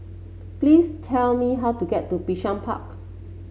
please tell me how to get to Bishan Park